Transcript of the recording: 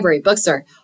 bookstore